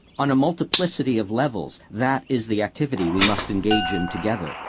on a multiplicity of levels, that is the activity we must engage in, together,